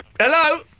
Hello